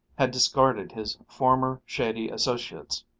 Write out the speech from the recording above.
had discarded his former shady associates,